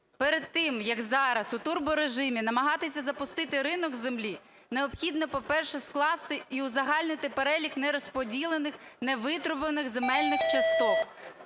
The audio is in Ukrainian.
Перед тим, як зараз у турборежимі намагатися запустити ринок землі, необхідно, по-перше, скласти і узагальнити перелік нерозподілених, невитребуваних земельних часток